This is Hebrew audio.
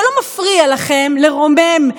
זה לא מפריע לכם לרומם,